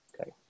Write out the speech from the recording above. Okay